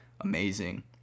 amazing